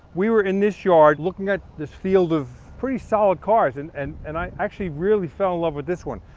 we were in this yard looking at this field of pretty solid cars and and and i actually really fell in love with this one,